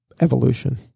evolution